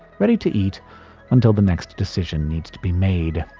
ready to eat until the next decision needs to be made.